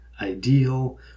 ideal